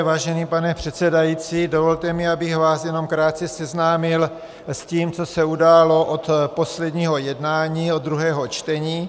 Vážený pane předsedající, dovolte mi, abych vás jenom krátce seznámil s tím, co se událo od posledního jednání, od druhého čtení.